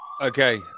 Okay